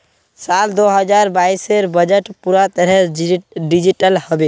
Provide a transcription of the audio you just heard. साल दो हजार बाइसेर बजट पूरा तरह डिजिटल हबे